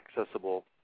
accessible